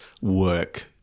work